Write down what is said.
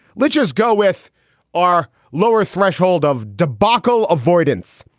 let's just go with our lower threshold of debacle avoidance.